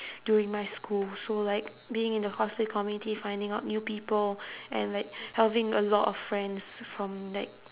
during my school so like being in the cosplay community finding out new people and like having a lot of friends from like